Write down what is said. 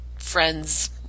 friends